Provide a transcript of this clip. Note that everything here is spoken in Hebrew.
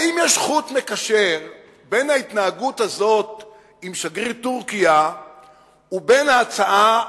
האם יש חוט מקשר בין ההתנהגות הזאת עם שגריר טורקיה לבין ההצעה,